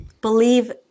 believe